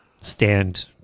stand